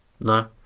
No